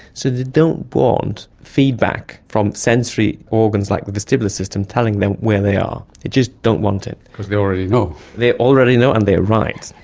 so they don't want feedback from sensory organs like the vestibular system telling them where they are. they just don't want it. because they already know. they already know and they are right.